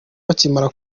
bakimara